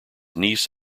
niece